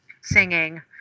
singing